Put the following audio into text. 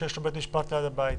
כשיש לו בית משפט ליד הבית?